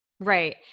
Right